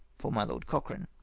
for my lord cochrane.